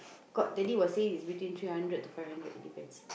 cause daddy was saying it's between three hundred to five hundred it depends